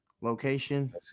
location